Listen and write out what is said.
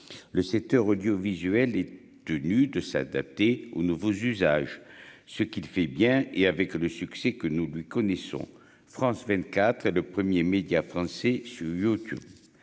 le secteur audiovisuel est tenu de s'adapter aux nouveaux usages, ce qu'il fait bien et avec le succès que nous lui connaissons France 24 est le 1er média français sur YouTube,